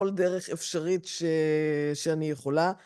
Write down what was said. בכל דרך אפשרית ש..שאני יכולה.